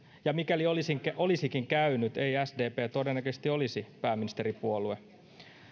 ja mikäli olisikin käynyt ei sdp todennäköisesti olisi pääministeripuolue